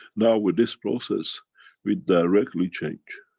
now with this process we directly change.